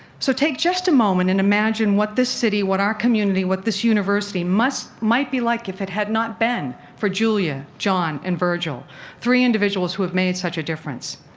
so take just a moment and imagine what this city what our community what this university must might be like if it had not been for julia, john, and virgil three individuals who have made such a difference.